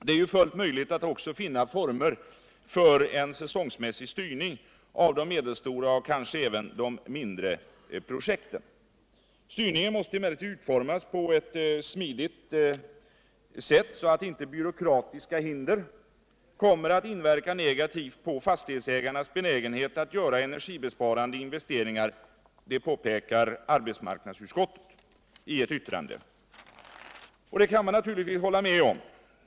Det är ju fullt möjligt att också finna former för en säsongmässig styrning av de medelstora och kanske även de mindre projekten. Styrningen måste emellertid utformas på ett smidigt sätt så att inte byråkratiska hinder kommer att inverka negativt på fastighetsägarnas benägenhet att göra energibesparande investeringar, påpekar arbetsmarknadsutskottet i ett yttrande. Och det kan man naturligtvis hålla med om.